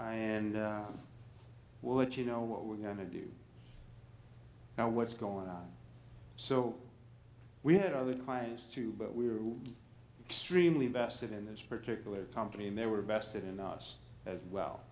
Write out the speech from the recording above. and we'll let you know what we're going to do now what's going on so we had other clients to but we were all extremely invested in this particular company and they were bested in us as well